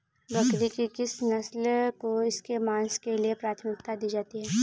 बकरी की किस नस्ल को इसके मांस के लिए प्राथमिकता दी जाती है?